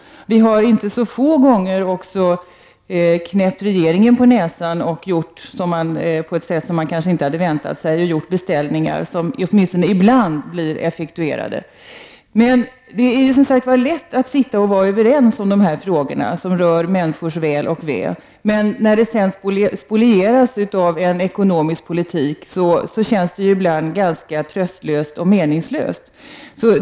Vi har inte så få gånger knäppt regeringen på näsan på ett sätt som den kanske inte hade väntat sig, och vi har gjort beställningar till regeringen som åtminstone ibland blir effektuerade. Det är lätt att sitta och vara överens om dessa frågor som rör människors väl och ve, men när det vi är överens om sedan spolieras av den ekonomiska politiken känns det ibland ganska tröstlöst och meningslöst.